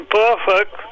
perfect